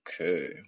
okay